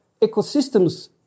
ecosystems